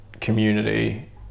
community